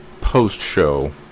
post-show